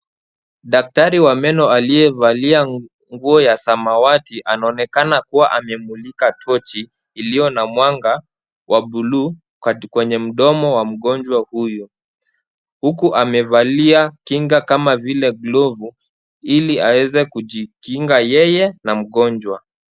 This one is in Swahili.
Daktari wa meno aliyevalia nguo ya samawati anaonekana kuwa anamulika tochi iliyo na mwanga bluu kwenye mdomo wa mgonjwa huyu, huku amevalia kinga kama vile glovu ili aweze kujikinga yeye na mgonjwa.